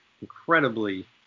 incredibly